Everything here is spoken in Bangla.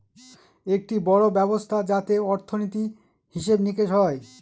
একটি বড়ো ব্যবস্থা যাতে অর্থনীতি, হিসেব নিকেশ হয়